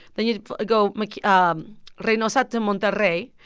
then you'd go like um reynosa to monterrey.